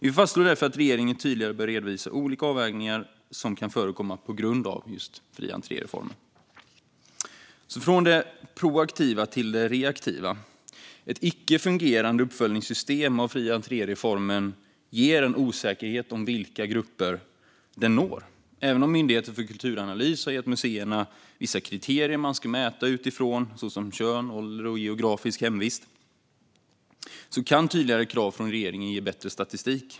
Vi fastslår därför att regeringen tydligare bör redovisa olika avvägningar som kan förekomma på grund av fri entré-reformen. Jag går nu från det proaktiva till det reaktiva. Ett icke fungerande system för uppföljning av fri entré-reformen ger en osäkerhet om vilka grupper den når. Även om Myndigheten för kulturanalys har gett museerna vissa kriterier de ska mäta utifrån, såsom kön, ålder och geografisk hemvist, kan tydligare krav från regeringen ge bättre statistik.